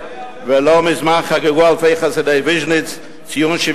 ולא מזמן חגגו אלפי חסידי ויז'ניץ ציון 70